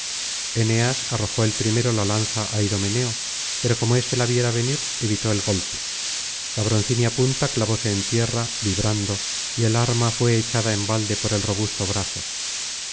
eneas arrojó el primero la lanza á idomeneo pero como éste la viera venir evitó el golpe la broncínea punta clavóse en tierra vibrando y el arma fué echada en balde por el robusto brazo